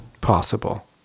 possible